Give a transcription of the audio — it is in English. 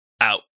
out